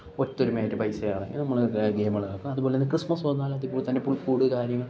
ഒത്തൊരുമയായിട്ട് പൈസ നമ്മളൊക്കെ ഗെയിമുകളൊക്കെ അത് പോലെ തന്നെ ക്രിസ്മസ് വന്നാൽ അത് പോലെ തന്നെ പുൽക്കൂട് കാര്യങ്ങൾ